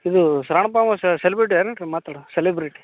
ಇದು ಶರಣಪ್ಪ ಅವ್ರ್ ಸೆಲಿಬ್ರಿಟಿ ಏನು ರೀ ಮಾತಾಡುದು ಸೆಲಿಬ್ರಿಟಿ